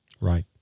Right